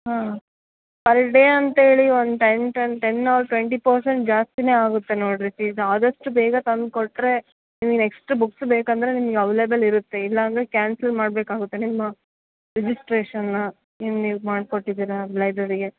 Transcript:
ಹಾಂ per day ಅಂತೇಳಿ ಒಂದು time ten ten or twenty percent ಜಾಸ್ತಿನೇ ಆಗುತ್ತೆ ನೋಡಿರಿ ಫೀಸ್ ಆದಷ್ಟು ಬೇಗ ತಂದುಕೊಟ್ರೆ ನಿಮ್ಗೆ ನೆಕ್ಸ್ಟ್ ಬುಕ್ಸ್ ಬೇಕಂದರೆ ನಿಮ್ಗೆ ಅವ್ಲೇಬಲ್ ಇರುತ್ತೆ ಇಲ್ಲ ಅಂದರೆ ಕ್ಯಾನ್ಸಲ್ ಮಾಡಬೇಕಾಗುತ್ತೆ ನಿಮ್ಮ ರಿಜಿಸ್ಟ್ರೇಷನನ್ನ ಏನು ನೀವು ಮಾಡಿಕೊಟ್ಟಿದ್ದಿರ ಲೈಬ್ರೇರಿಗೆ